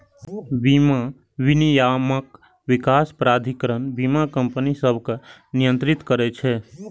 बीमा विनियामक विकास प्राधिकरण बीमा कंपनी सभकें नियंत्रित करै छै